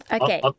Okay